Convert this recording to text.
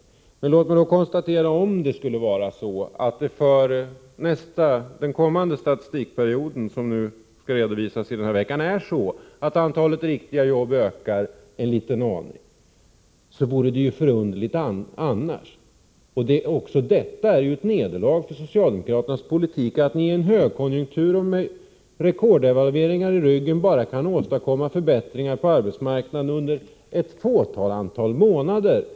Men om det skulle vara så att för den statistikperiod som skall redovisas denna vecka antalet riktiga jobb ökar en liten aning, vill jag konstatera att det vore förunderligt annars. Det är ytterligare ett nederlag för socialdemokraternas politik att ni i en högkonjunktur med rekorddevalveringar i ryggen kan åstadkomma förbättringar på arbetsmarknaden bara under ett fåtal månader.